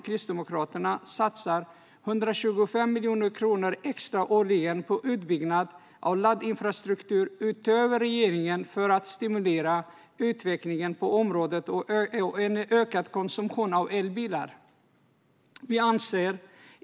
Kristdemokraterna satsar 125 miljoner kronor extra per år, utöver regeringens satsning, på utbyggnad av laddinfrastruktur, för att stimulera utvecklingen på området och öka antalet inköp av elbilar.